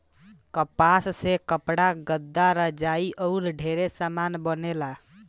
कपास से कपड़ा, गद्दा, रजाई आउर ढेरे समान बनेला